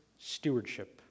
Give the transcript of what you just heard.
stewardship